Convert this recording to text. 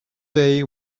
day